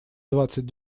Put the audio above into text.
двадцать